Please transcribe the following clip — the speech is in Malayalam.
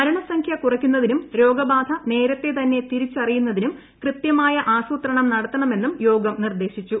മരണസംഖ്യ കുറയ്ക്കുന്നതിനും രോഗബാന നേരത്തെത്തന്നെ തിരിച്ചറിയുന്നതിനും കൃത്യമായ ആസൂത്രണം നടത്തണമെന്നും യോഗം നിർദ്ദേശിച്ചു